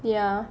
ya